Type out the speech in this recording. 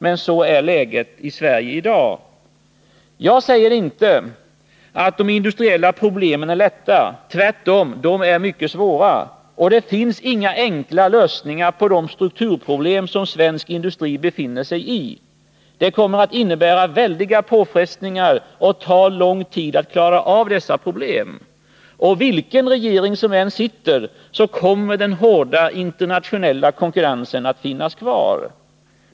Men så är läget i Sverige i dag. Jag säger inte att de industriella problemen är lätta — tvärtom. De är mycket svåra. Och det finns inga enkla lösningar på de strukturproblemen som svensk industri befinner sig i. Det kommer att innebära väldiga påfrestningar och ta lång tid att klara av dessa problem. Och vilken regering som än sitter så kommer den hårda internationella konkurrensen att finnas kvar.